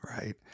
Right